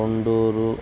Konduru